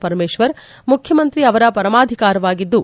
ಪರಮೇಶ್ವರ್ ಮುಖ್ಯಮಂತ್ರಿ ಅವರ ಪರಮಾಧಿಕಾರವಾಗಿದ್ದು